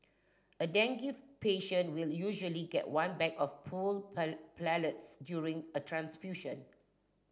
a dengue patient will usually get one bag of pooled platelets during a transfusion